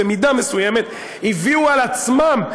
במידה מסוימת הם הביאו על עצמם,